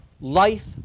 Life